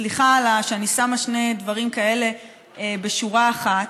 סליחה שאני שמה שני דברים כאלה בשורה אחת,